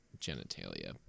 genitalia